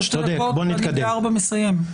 ששי, אני ב-16:00 מסיים.